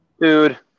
Dude